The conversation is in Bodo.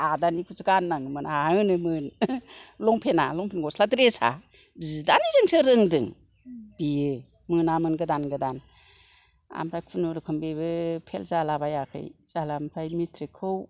आदानिखौसो गाननाङोमोन आं होनोमोन लंफेना लंफेन गस्ला द्रेसा बिदानिजोंसो रोंदों बेयो मोनामोन गोदान गोदान आमफ्राय खुनुरुखुम बेबो फेल जालाबायाखै फिसालाया आमफ्राय मेट्रिकखौ